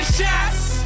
shots